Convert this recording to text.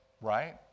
Right